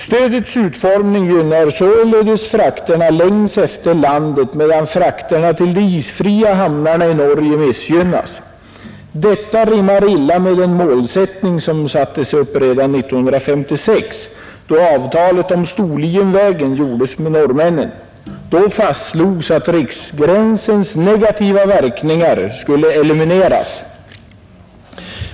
Stödets utformning gynnar således frakterna längs efter landet, medan frakterna till de isfria hamnarna i Norge missgynnas. Detta rimmar illa med den målsättning som sattes upp redan 1956 då avtalet om Storlienvägen gjordes med norrmännen. Då fastslogs att riksgränsens negativa verkningar skulle elimineras.